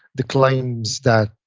the claims that,